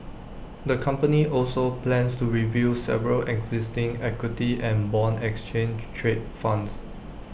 the company also plans to review several existing equity and Bond exchange trade funds